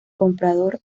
comprobar